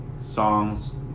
songs